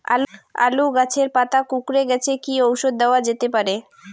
আলু গাছের পাতা কুকরে গেছে কি ঔষধ দেওয়া যেতে পারে?